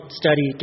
study